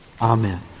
Amen